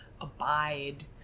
abide